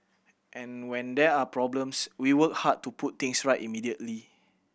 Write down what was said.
and when there are problems we work hard to put things right immediately